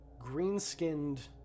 green-skinned